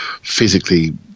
physically